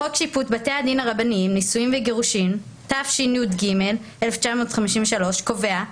חוק שיפוט בתי הדין הרבניים נישואין וגירושין תשי"ג-1953 קובע,